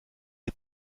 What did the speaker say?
est